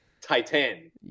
Titan